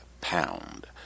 pound